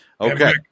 Okay